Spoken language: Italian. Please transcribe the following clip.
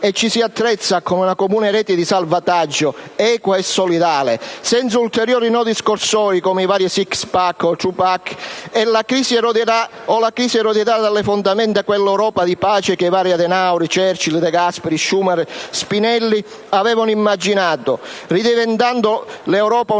e ci si attrezza con una comune rete di salvataggio, equa e solidale, senza ulteriori nodi scorsoi come i vari «*six pack*» e «*two pack*», o la crisi eroderà dalle fondamenta quell'Europa di pace che i vari Adenauer, Churchill, De Gasperi, Schuman e Spinelli avevano immaginato, ridiventando una terra